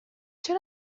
چرا